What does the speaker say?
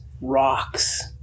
rocks